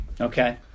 Okay